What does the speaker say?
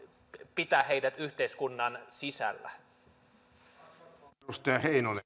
pitää heidät yhteiskunnan sisällä arvoisa